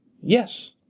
Yes